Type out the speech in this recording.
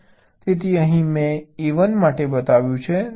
તેથી અહીં મેં A1 માટે બતાવ્યું છે